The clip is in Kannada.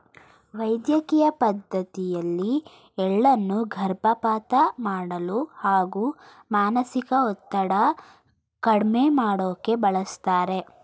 ವೈದ್ಯಕಿಯ ಪದ್ಡತಿಯಲ್ಲಿ ಎಳ್ಳನ್ನು ಗರ್ಭಪಾತ ಮಾಡಲು ಹಾಗೂ ಮಾನಸಿಕ ಒತ್ತಡ ಕಡ್ಮೆ ಮಾಡೋಕೆ ಬಳಸ್ತಾರೆ